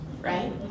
right